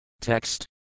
Text